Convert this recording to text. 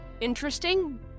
interesting